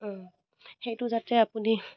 সেইটো যাতে আপুনি